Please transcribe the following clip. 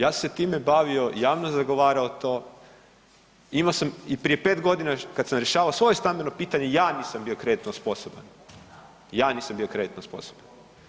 Ja sam se time bavio, javno zagovarao to, imao sam i prije 5.g. kad sam rješavao svoje stambeno pitanje ja nisam bio kreditno sposoban, ja nisam bio kreditno sposoban.